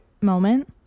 moment